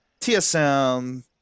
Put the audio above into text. TSM